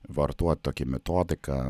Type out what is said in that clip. vartot tokį metodiką